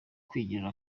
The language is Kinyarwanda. kwigirira